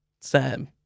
Sam